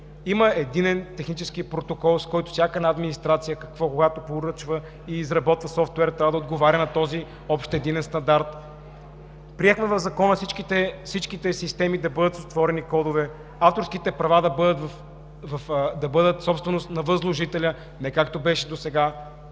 Има единен технически протокол, с който всяка една администрация, когато поръчва и изработва софтуер, трябва да отговаря на този общ единен стандарт. Приехме в Закона всичките системи да бъдат с отворени кодове, авторските права да бъдат собственост на възложителя, не както беше досега,